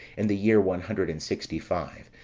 in the year one hundred and sixty-five,